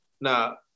Now